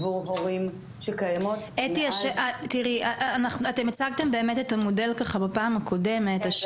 עבור הורים שקיימות --- אתם הצגתם את המודל בפעם הקודמת.